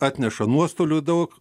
atneša nuostolių daug